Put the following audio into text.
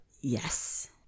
Yes